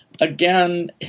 again